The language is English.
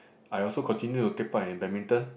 I also continue to take part in Badminton